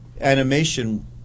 Animation